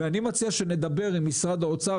ואני מציע שנדבר עם משרד האוצר,